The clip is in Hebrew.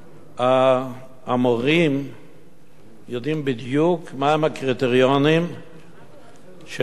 המורים יודעים בדיוק מהם הקריטריונים שלהם